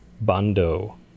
Bando